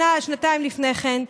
שנה שנתיים לפני כן,